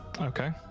Okay